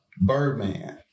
Birdman